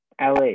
LA